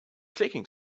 clicking